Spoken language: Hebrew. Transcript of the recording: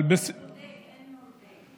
אבל, אין נורבגי.